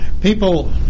People